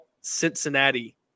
Cincinnati